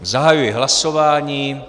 Zahajuji hlasování.